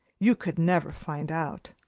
you could never find out.